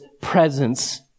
presence